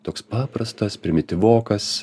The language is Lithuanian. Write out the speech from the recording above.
toks paprastas primityvokas